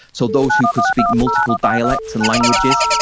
so those who could speak multiple dialects and languages.